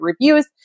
reviews